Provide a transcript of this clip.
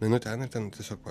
nueinu ten ir ten tiesiog va